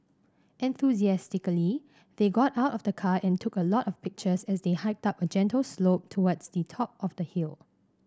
enthusiastically they got out of the car and took a lot of pictures as they hiked up a gentle slope towards the top of the hill